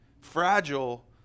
Fragile